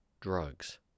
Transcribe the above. drugs